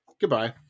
Goodbye